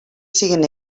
siguen